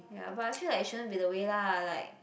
ya but I feel like it shouldn't be the way lah like